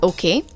Okay